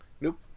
nope